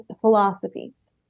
philosophies